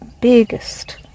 biggest